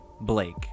Blake